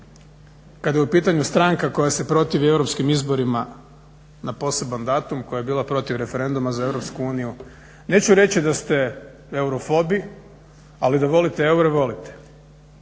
kada je u pitanju stranka koja se protivi europskim izborima na poseban datum, koja je bila protiv referenduma za Europsku uniju, neću reći da ste eurofobi ali da volite eure, volite,